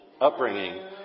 upbringing